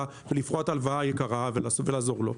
ולפרוע את ההלוואה היקרה ולנסות ולעזור לו.